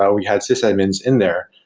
yeah we had sysadmins in there.